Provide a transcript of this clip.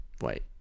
Wait